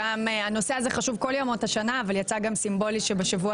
הנושא הזה חשוב כל ימות השנה אבל יצא גם סימבולי שבשבוע